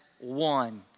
one